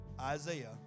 Isaiah